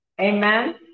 amen